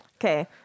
Okay